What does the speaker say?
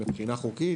מבחינה חוקית,